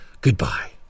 goodbye